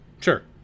sure